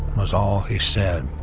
was all he said.